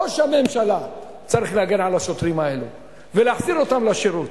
ראש הממשלה צריך להגן על השוטרים האלה ולהחזיר אותם לשירות.